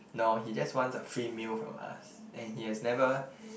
no he just wants a free meal from us and he has never